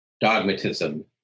Dogmatism